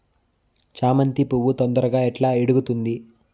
చామంతి పువ్వు తొందరగా ఎట్లా ఇడుగుతుంది?